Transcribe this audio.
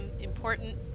important